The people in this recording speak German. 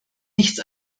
nichts